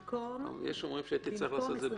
סיימנו.